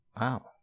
Wow